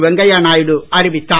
வெங்கைய நாயுடு அறிவித்தார்